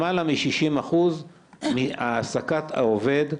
למעלה מ-60 אחוז מהעסקת העובד,